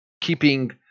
keeping